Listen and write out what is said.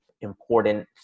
important